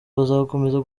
bazakomeza